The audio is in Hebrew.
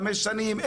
חמש שנים,